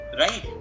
right